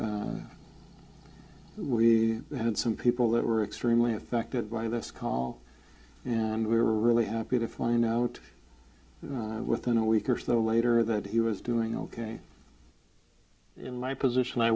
and we had some people that were extremely affected by this call and we were really happy to find out within a week or so later that he was doing ok in my position i